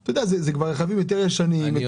זה כבר רכבים יותר ישנים.